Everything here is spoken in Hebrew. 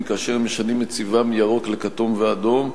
כאשר הם משנים את צבעם מירוק לכתום ואדום,